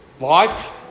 Life